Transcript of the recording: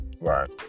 right